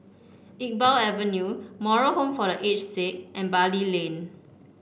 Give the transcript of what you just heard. Iqbal Avenue Moral Home for The Aged Sick and Bali Lane